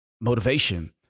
motivation